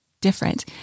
different